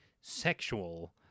sexual